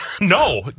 No